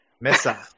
Mesa